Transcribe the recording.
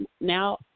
now